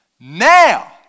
Now